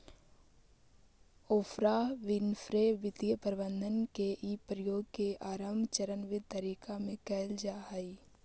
Oprah Winfrey वित्तीय प्रबंधन के इ प्रयोग के आरंभ चरणबद्ध तरीका में कैइल जा हई